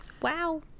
Wow